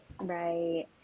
right